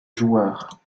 joueur